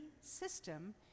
system